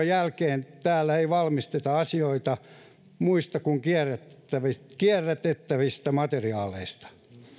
jälkeen täällä ei valmisteta asioita muista kuin kierrätettävistä materiaaleista